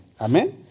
Amen